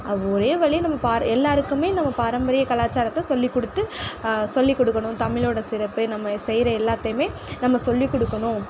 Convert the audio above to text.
ஒரே வழி நம்ம பார எல்லாருக்குமே நம்ப பாரம்பரிய கலாச்சாரத்தை சொல்லி கொடுத்து சொல்லி கொடுக்கணும் தமிழோட சிறப்பு நம்ப செய்யுற எல்லாத்தையுமே நம்ம சொல்லி கொடுக்கணும்